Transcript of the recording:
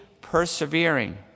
persevering